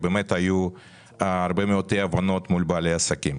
באמת היו הרבה מאוד אי הבנות מול בעלי העסקים.